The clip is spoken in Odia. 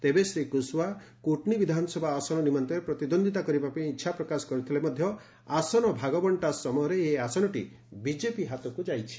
ତେବେ ଶ୍ରୀ କୁସ୍ଓ୍ୱା କୁଟ୍ନୀ ବିଧାନସଭା ଆସନ ନିମନ୍ତେ ପ୍ରତିଦ୍ୱନ୍ଦିତା କରିବା ପାଇଁ ଇଚ୍ଛା ପ୍ରକାଶ କରିଥିଲେ ମଧ୍ୟ ଆସନ ଭାଗବଣ୍ଟା ସମୟରେ ଏହି ଆସନଟି ବିଜେପି ହାତକୁ ଯାଇଛି